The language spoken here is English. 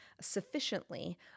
sufficiently